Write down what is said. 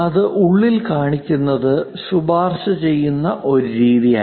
അത് ഉള്ളിൽ കാണിക്കുന്നത് ശുപാർശ ചെയ്യുന്ന ഒരു രീതിയല്ല